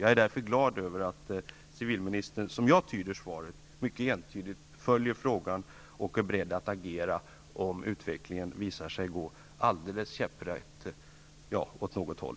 Jag är därför glad att civilministern, som jag tyder svaret, mycket entydigt följer frågan och är beredd att agera, om utvecklingen visar sig gå alldeles käpprätt åt fel håll.